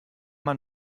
man